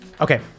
Okay